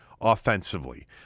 offensively